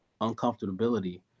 uncomfortability